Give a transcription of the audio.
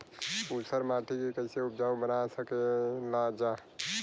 ऊसर माटी के फैसे उपजाऊ बना सकेला जा?